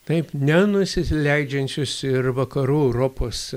taip nenusileidžiančius ir vakarų europos